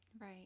right